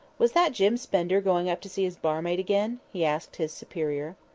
was that jim spender going up to see his barmaid again? he asked his superior.